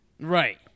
Right